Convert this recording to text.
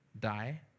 die